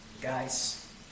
Guys